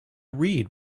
read